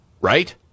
right